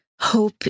hope